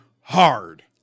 hard